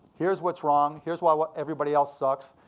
here's what's wrong. here's why why everybody else sucks.